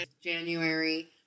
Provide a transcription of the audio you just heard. January